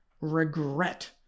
regret